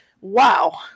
Wow